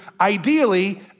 ideally